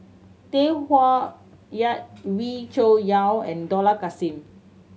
Tay Koh Yat Wee Cho Yaw and Dollah Kassim